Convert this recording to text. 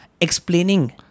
explaining